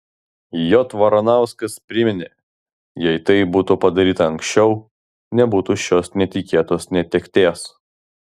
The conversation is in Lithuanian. j varanauskas priminė jei tai būtų padaryta anksčiau nebūtų šios netikėtos netekties